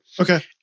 Okay